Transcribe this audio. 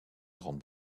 grande